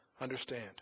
understand